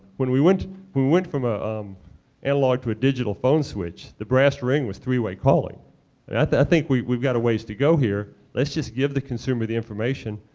when we went we went from ah um analogue to a digital phone switch, the brass ring was three-way calling. and i think we have got a ways to go here. let's just give the consumer the information.